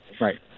Right